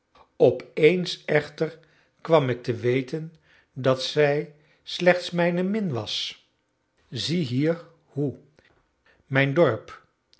opeens echter kwam ik te weten dat zij slechts mijne min was zie hier hoe mijn dorp